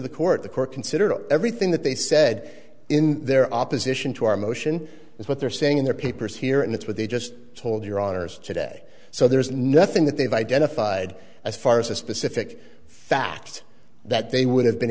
the court the court consider everything that they said in their opposition to our motion is what they're saying in their papers here and that's what they just told your honour's today so there's nothing that they've identified as far as a specific fact that they would have been